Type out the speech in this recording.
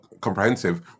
comprehensive